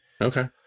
Okay